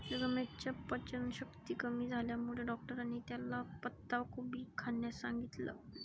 रमेशच्या पचनशक्ती कमी झाल्यामुळे डॉक्टरांनी त्याला पत्ताकोबी खाण्यास सांगितलं